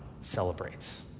celebrates